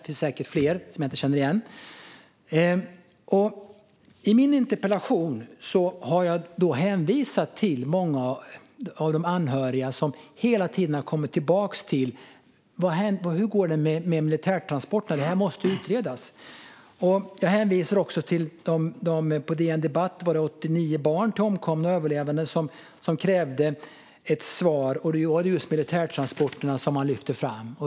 Det är säkert fler, som jag inte känner igen. I min interpellation hänvisade jag till många av de anhöriga som hela tiden har kommit tillbaka till hur det går med militärtransporterna och att det måste utredas. Jag hänvisar också till DN Debatt där 89 barn till omkomna och överlevande krävde ett svar. Det var just militärtransporterna som de lyfte fram.